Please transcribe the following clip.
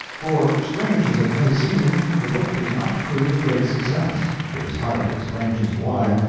for, strange as it may seem, the book did not prove a great success. it is hard to explain just why.